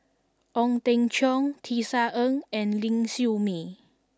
Ong Teng Cheong Tisa Ng and Ling Siew May